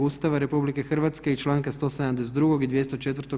Ustava RH i Članka 172. i 204.